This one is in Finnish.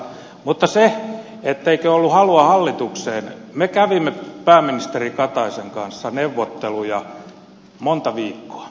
mutta mitä tulee siihen etteikö ollut halua hallitukseen me kävimme pääministeri kataisen kanssa neuvotteluja monta viikkoa